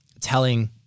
telling